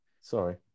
Sorry